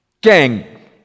Gang